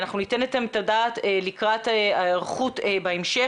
אנחנו ניתן עליהם את הדעת לקראת ההיערכות בהמשך.